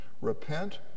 Repent